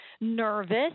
nervous